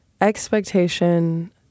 expectation